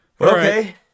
Okay